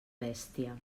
bèstia